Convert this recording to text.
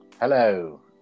hello